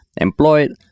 employed